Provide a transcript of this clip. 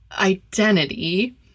identity